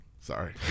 Sorry